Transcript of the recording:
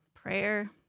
Prayer